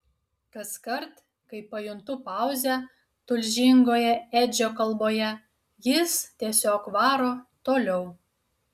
kaskart kai pajuntu pauzę tulžingoje edžio kalboje jis tiesiog varo toliau